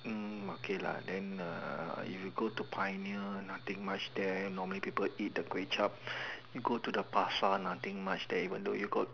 mm okay lah then uh if you go to pioneer nothing much there normally people eat the kway-zhap you go to the Pasar nothing much there even though you got